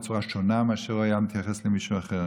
בצורה שונה מאשר היה מתייחס למישהו אחר.